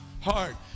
heart